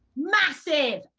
massive.